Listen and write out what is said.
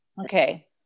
Okay